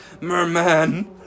merman